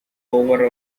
over